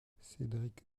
cédric